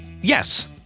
Yes